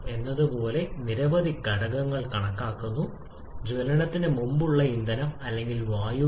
അതുപോലെ ഇവിടെ നമുക്ക് പി 3 യുടെ സൈദ്ധാന്തിക മൂല്യത്തേക്കാൾ ടി 3 കുറവായിരിക്കും